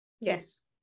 Yes